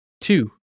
two